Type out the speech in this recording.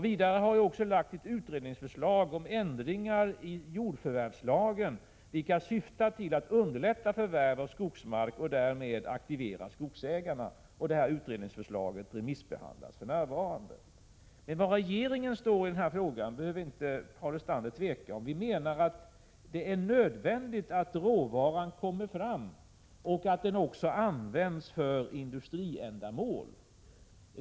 Vidare har det lagts fram ett utredningsförslag om ändringar i jordförvärvslagen vilka syftar till att underlätta förvärv av skogsmark och därmed Var regeringen står i den här frågan behöver Paul Lestander inte tvekaom. 21 november 1986 Vi menar att det är nödvändigt att råvaran kommer fram och att den också. = används för industriändamål.